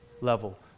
level